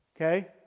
Okay